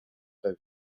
pas